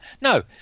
No